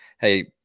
hey